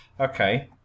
Okay